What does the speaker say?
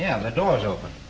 yeah the doors open